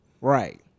Right